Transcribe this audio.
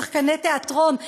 בשחקני תיאטרון.